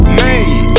made